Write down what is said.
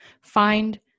Find